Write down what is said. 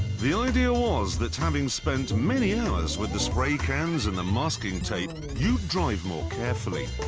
the idea was that having spent many hours with the spray cans and the masking tape, you'd drive more carefully.